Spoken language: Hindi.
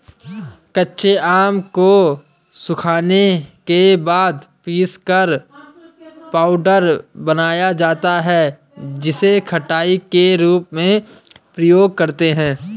कच्चे आम को सुखाने के बाद पीसकर पाउडर बनाया जाता है जिसे खटाई के रूप में प्रयोग करते है